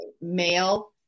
male